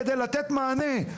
כדי לתת מענה.